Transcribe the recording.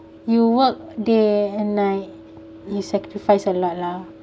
you work day and night you sacrifice a lot lah